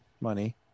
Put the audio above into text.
money